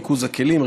ריכוז הכלים,